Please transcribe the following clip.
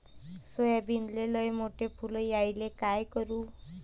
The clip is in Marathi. सोयाबीनले लयमोठे फुल यायले काय करू?